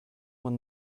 man